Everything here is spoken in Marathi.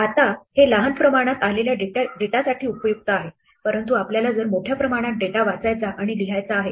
आता हे लहान प्रमाणात आलेल्या डेटासाठी उपयुक्त आहे परंतु आपल्याला जर मोठ्या प्रमाणात डेटा वाचायचा आणि लिहायचा आहे